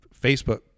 Facebook